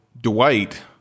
Dwight